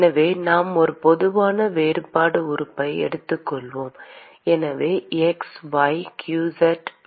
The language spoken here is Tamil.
எனவே நாம் ஒரு பொதுவான வேறுபாடு உறுப்பை எடுத்துக்கொள்வோம் எனவே x y